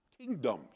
kingdom